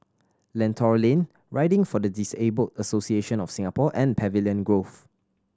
Lentor Lane Riding for the Disabled Association of Singapore and Pavilion Grove